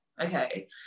okay